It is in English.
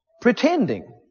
pretending